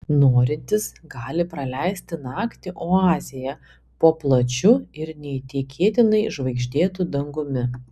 norintys gali praleisti naktį oazėje po plačiu ir neįtikėtinai žvaigždėtu dangumi